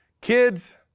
kids